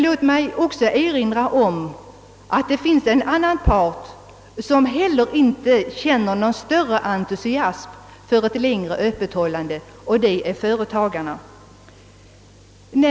Låt mig då erinra om att det finns ytterligare en part som inte känt eller känner någon större entusiasm för tanken på ett längre öppethållande, nämligen företagarna.